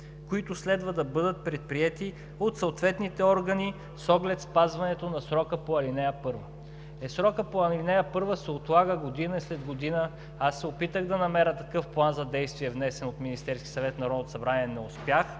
които следва да бъдат предприети от съответните органи с оглед спазването на срока по ал. 1. Срокът по ал. 1 се отлага година след година. Аз се опитах да намеря такъв план за действие, внесен от Министерския